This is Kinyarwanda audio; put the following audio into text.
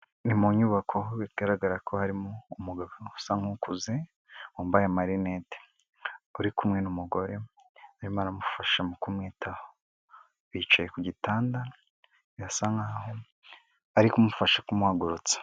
Ni mu nyubako bigaragara ko harimo umugabo usa nk'ukuze wambaye marineti uri kumwe n'umugore we arimo aramufasha mu kumwitaho, bicaye ku gitanda birasa nkaho ari kumufasha kumuhagurutsa.